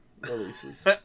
releases